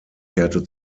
kehrte